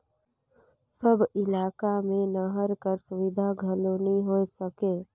सब इलाका मे नहर कर सुबिधा घलो नी होए सके